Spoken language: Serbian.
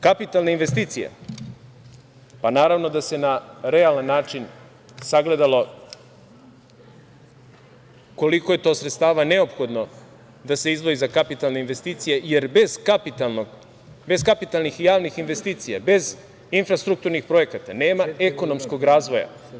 Kapitalne investicije, pa naravno da se na realan način sagledalo koliko je to sredstava neophodno da se izdvoji za kapitalne investicije, jer bez kapitalnih i javnih investicija, bez infrastrukturnih projekata, nema ekonomskog razvoja.